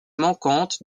manquante